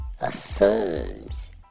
assumes